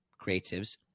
creatives